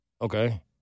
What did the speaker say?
Okay